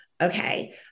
Okay